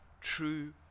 true